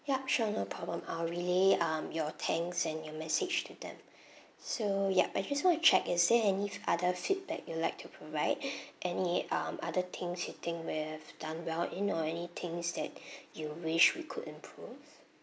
yup sure no problem I'll relay um your thanks and your message to them so yup I just want to check is there any other feedback you'd like to provide any um other things you think we've done well you know anythings that you wish we could improve